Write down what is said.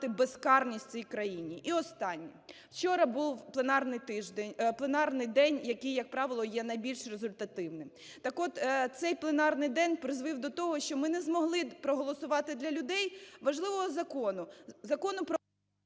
безкарність у цій країні. І останнє. Вчора був пленарний тиждень… пленарний день, який, як правило, є найбільш результативним. Так от цей пленарний день призвів до того, що ми не змогли проголосувати для людей важливого закону